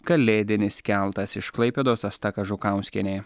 kalėdinis keltas iš klaipėdos asta kažukauskienė